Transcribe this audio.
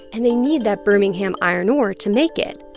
and they need that birmingham iron ore to make it.